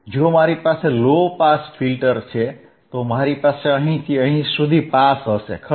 જો મારી પાસે લો પાસ ફિલ્ટર છે તો મારી પાસે અહીંથી અહીં સુધી પાસ હશે ખરું